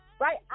right